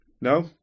No